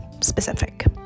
specific